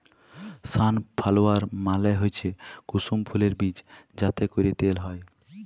sunflower মালে হচ্যে কুসুম ফুলের বীজ যাতে ক্যরে তেল হ্যয়